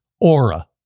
Aura